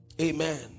amen